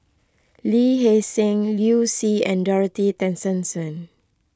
Lee Hee Seng Liu Si and Dorothy Tessensohn